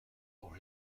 for